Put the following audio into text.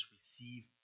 receive